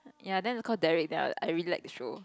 ya then call Derrick then I really like the show